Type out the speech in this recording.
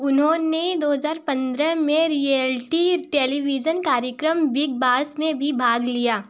उन्होंने दो हज़ार पंद्रह में रियेलटी टेलीविज़न कार्यक्रम बिग बास में भी भाग लिया